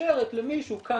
שמאפשרת למישהו כאן,